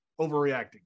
overreacting